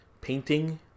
Painting